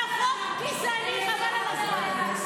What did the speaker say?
זה חוק גזעני חבל על הזמן.